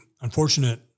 unfortunate